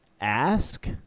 ask